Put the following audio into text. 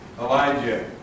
Elijah